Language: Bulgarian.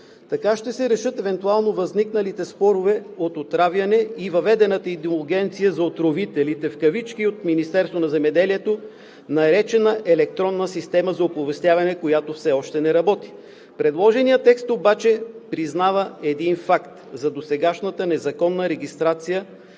Така ще се решат евентуално възникналите спорове от отравяне и въведената индулгенция от Министерството на земеделието за отровителите в кавички – наречена Електронна система за оповестяване, която все още не работи. Предложеният текст обаче признава един факт – за досегашната незаконна регистрация